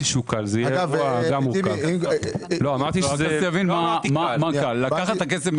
אל תכניס לי